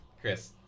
Chris